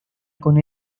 con